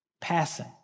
passing